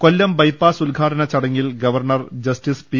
കൊല്ലം bypass ഉദ്ഘാടന ചടങ്ങിൽ governor justice പ്പി